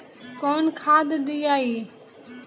कौन खाद दियई?